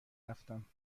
رفتم